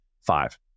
five